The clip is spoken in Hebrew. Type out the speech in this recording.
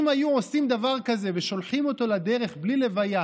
אם היו עושים דבר כזה ושולחים אותו לדרך בלי לוויה